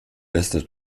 bester